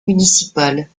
municipale